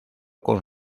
con